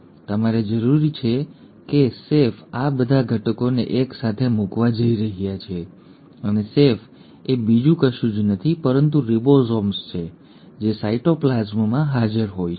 તમારે જરૂરી છે કે સેફ આ બધા ઘટકોને એક સાથે મૂકવા જઈ રહ્યા છે અને સેફ એ બીજું કશું જ નથી પરંતુ રિબોસોમ્સ છે જે સાયટોપ્લાઝમમાં હાજર છે